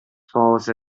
false